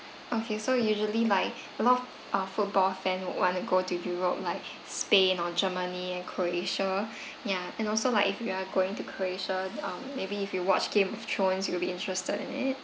okay so usually like a lot of uh football fan would want to go to europe like spain or germany and croatia ya and also like if you are going to croatia um maybe if you watch game of thrones you will be interested in it